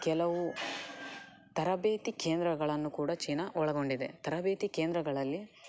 ಕೆಲವು ತರಬೇತಿ ಕೇಂದ್ರಗಳನ್ನು ಕೂಡ ಚೀನಾ ಒಳಗೊಂಡಿದೆ ತರಬೇತಿ ಕೇಂದ್ರಗಳಲ್ಲಿ